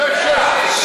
שב, שב.